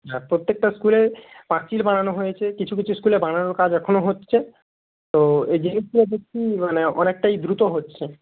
হ্যাঁ প্রত্যেকটা স্কুলে পাঁচিল বানানো হয়েছে কিছু কিছু স্কুলে বানানোর কাজ এখনও হচ্ছে তো এই জিনিসগুলো দেখছি মানে অনেকটাই দ্রুত হচ্ছে